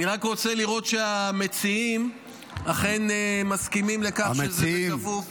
אני רק רוצה לראות שהמציעים אכן מסכימים לכך שזה בכפוף --- המציעים,